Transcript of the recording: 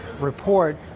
report